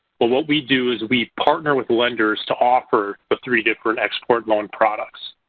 well, what we do is we partner with lenders to offer the three different expert loan products.